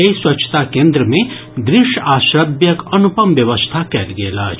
एहि स्वच्छता केंद्र मे दृश्य आ श्रव्यक अनुपम व्यवस्था कयल गेल अछि